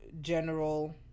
general